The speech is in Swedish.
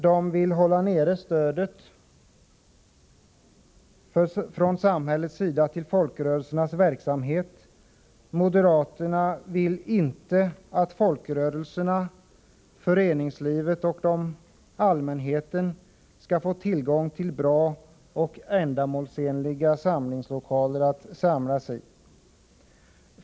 De vill hålla nere stödet från samhällets sida till folkrörelsernas verksamhet. Moderaterna vill inte att folkrörelserna, föreningslivet och allmänheten skall få tillgång till bra och ändamålsenliga lokaler att samlas i.